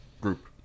group